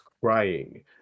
crying